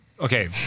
okay